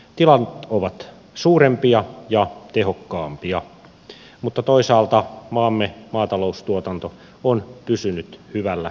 tilat ovat suurempia ja tehokkaampia mutta toisaalta maamme maataloustuotanto on pysynyt hyvällä tasolla